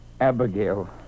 Abigail